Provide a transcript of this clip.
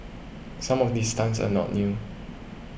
some of these stunts are not new